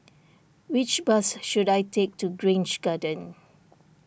which bus should I take to Grange Garden